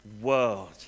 world